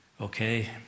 Okay